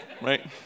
right